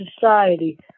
society